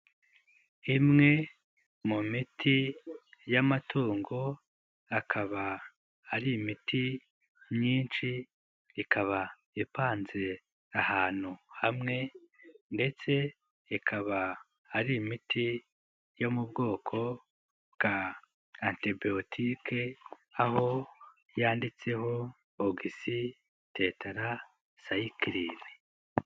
Imwe mu miti y'amatungo akaba ari imiti myinshi ikaba ipanze ahantu hamwe ndetse ikaba ari imiti yo mu bwoko bwa antibiyotike aho yanditseho ogisi tetara sayikirini.